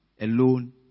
alone